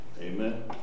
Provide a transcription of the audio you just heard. Amen